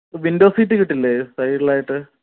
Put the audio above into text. window seat കിട്ടില്ലേ സൈഡിലായിട്ട്